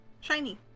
shiny